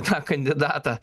tą kandidatą